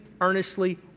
earnestly